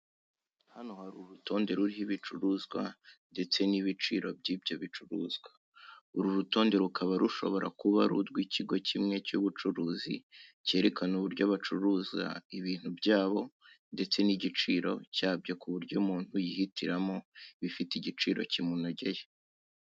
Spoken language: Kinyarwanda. Hano hari urutonde ruriho ibicuruzwa ndetse n'ibiciro by'ibyo bicuruzwa, uru rutonde rukaba rushobora kuba urw'ikigo kimwe cy'ubucuruzi cyerekana uburyo bacuruza ibintu byabo ndetse n'igiciro cyabyo ku buryo umuntu yihitiramo ibifite igiciro kimunogeye.